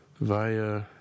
via